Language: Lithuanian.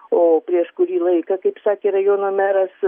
o prieš kurį laiką kaip sakė rajono meras